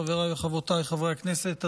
חבריי וחברותיי חברי הכנסת,